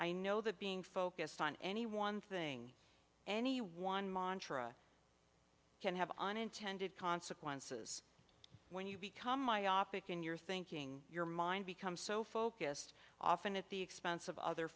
i know that being focused on any one thing anyone montra can have unintended consequences when you become myopic in your thinking your mind becomes so focused often at the expense of other